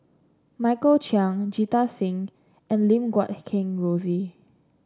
Michael Chiang Jita Singh and Lim Guat Kheng Rosie